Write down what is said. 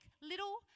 little